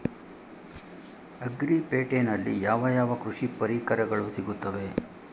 Agri ಪೇಟೆನಲ್ಲಿ ಯಾವ ಯಾವ ಕೃಷಿ ಪರಿಕರಗಳು ಸಿಗುತ್ತವೆ?